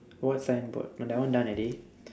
what signboard oh that one done already